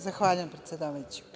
Zahvaljujem, predsedavajući.